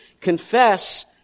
confess